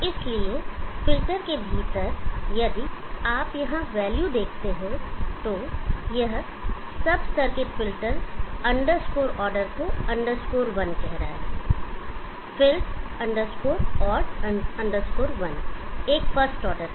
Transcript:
इसलिए फ़िल्टर के भीतर यदि आप यहाँ वैल्यू देखते हैं तो यह सब सर्किट फिल्ट अंडरस्कोर ऑर्डर को अंडरस्कोर वन कह रहा है Filt ord 1 एक फर्स्ट ऑर्डर है